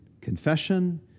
confession